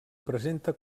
presenta